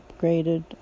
upgraded